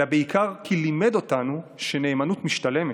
אלא בעיקר כי לימד אותנו שנאמנות משתלמות.